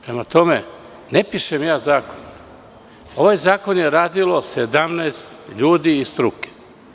Prema tome, ne pišem ja zakon, ovaj zakon je radilo 17 ljudi iz struke.